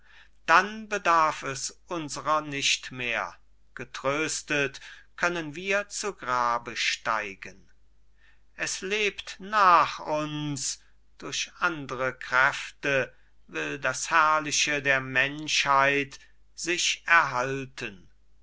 dann bedarf es unserer nicht mehr getröstet können wir zu grabe steigen es lebt nach uns durch andre kräfte will das herrliche der menschheit sich erhalten